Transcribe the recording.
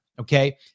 Okay